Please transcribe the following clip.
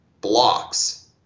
blocks